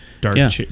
dark